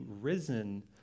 risen